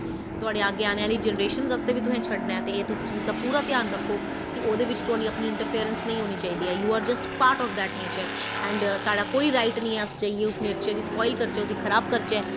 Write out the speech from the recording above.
तुआढ़ी औंने आह्ली जनरेशन आस्तै बी तुसें छड़ना ऐ ते तुस इस चीज दा पूरा ध्यान रक्खो कि ओह्दे बिच्च तुआढ़ी इंट्रफेरैंस नि होनी चाहि दी ऐ you are that part of nature and साढ़ा कोई राइट निं ऐ अस नेचर गी स्पोइल करचै खराब करचै